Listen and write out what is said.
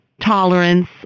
tolerance